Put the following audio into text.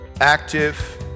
active